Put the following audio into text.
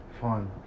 Fun